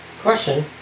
question